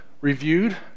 reviewed